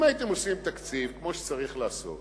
אם הייתם עושים תקציב כמו שצריך לעשות,